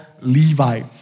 Levi